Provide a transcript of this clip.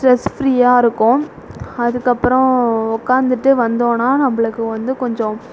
stress ஃப்ரீயாக இருக்கும் அதுக்கப்றம் உட்காந்துட்டு வந்தோனால் நம்பளுக்கு வந்து கொஞ்சம்